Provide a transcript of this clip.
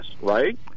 right